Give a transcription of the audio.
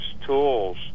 tools